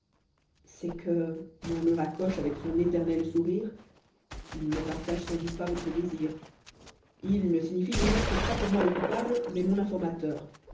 c'est que murmura coche avec son éternel sourire il ne partage sans doute pas votre désir il ne signifie du reste pas pour moi le coupable mais mon informateur